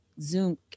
Zoom